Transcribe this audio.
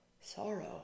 sorrow